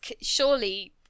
surely